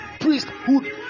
priesthood